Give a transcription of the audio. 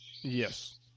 Yes